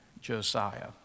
Josiah